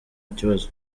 kibazo